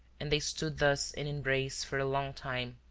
and they stood thus in embrace for a long time,